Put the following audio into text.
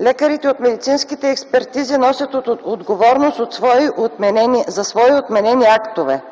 лекарите от медицинските експертизи носят отговорност за свои отменени актове.